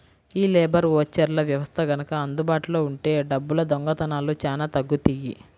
యీ లేబర్ ఓచర్ల వ్యవస్థ గనక అందుబాటులో ఉంటే డబ్బుల దొంగతనాలు చానా తగ్గుతియ్యి